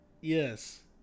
Yes